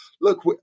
look